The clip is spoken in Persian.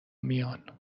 میان